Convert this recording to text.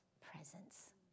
presence